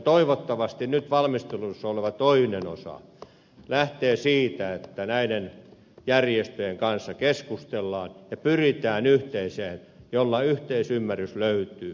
toivottavasti nyt valmistelussa oleva toinen osa lähtee siitä että näiden järjestöjen kanssa keskustellaan ja pyritään yhteiseen näkemykseen jolla yhteisymmärrys löytyy